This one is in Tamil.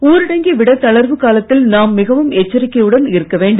ஊரடங்கை விட தளர்வு காலத்தில் நாம் மிகவும் எச்சரிக்கையுடன் இருக்க வேண்டும்